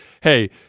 Hey